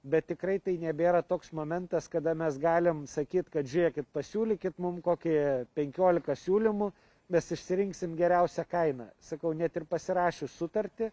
bet tikrai tai nebėra toks momentas kada mes galim sakyt kad žiūrėkit pasiūlykit mum kokį penkioliką siūlymų mes išsirinksim geriausią kainą sakau net ir pasirašius sutartį